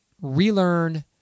Relearn